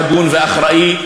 והגון ואחראי,